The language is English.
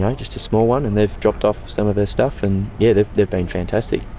and just a small one, and they've dropped off some of their stuff and yeah they've they've been fantastic.